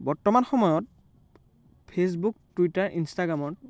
বৰ্তমান সময়ত Facebook Twitter ইনষ্টাগ্ৰামত